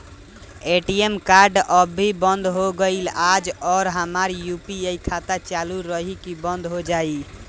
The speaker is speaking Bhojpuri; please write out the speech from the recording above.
ए.टी.एम कार्ड अभी बंद हो गईल आज और हमार यू.पी.आई खाता चालू रही की बन्द हो जाई?